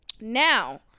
Now